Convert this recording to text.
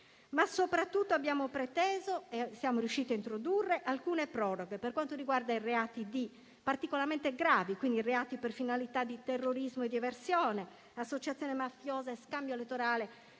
Soprattutto abbiamo preteso - siamo riusciti a introdurle - alcune proroghe per quanto riguarda i reati particolarmente gravi quali i reati per finalità di terrorismo e di eversione, associazione mafiosa e scambio elettorale